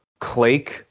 Clake